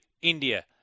India